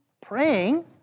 praying